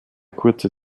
kurze